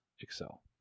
excel